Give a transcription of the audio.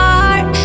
heart